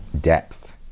depth